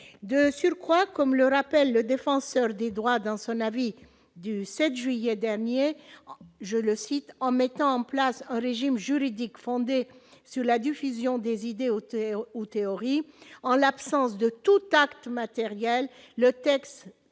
Je crois, comme le rappelle le défenseur des droits dans son avis du 7 juillet dernier, je le cite en mettant en place un régime juridique fondée sur la diffusion des idées ou théorie en l'absence de tout acte matériel le texte